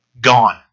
gone